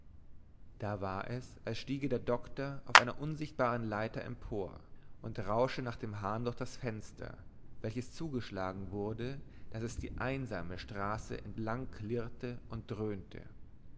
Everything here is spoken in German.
da war es als stiege der doktor auf einer unsichtbaren leiter empor und rausche nach dem hahn durch das fenster welches zugeschlagen wurde daß es die einsame straße entlang klirrte und dröhnte